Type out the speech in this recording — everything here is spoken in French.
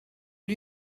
lui